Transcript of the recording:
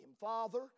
Father